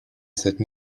cette